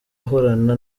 guhorana